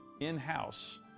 in-house